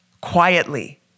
quietly